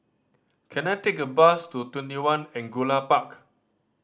can I take a bus to TwentyOne Angullia Park